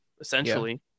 essentially